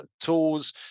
tools